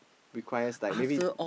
requires like maybe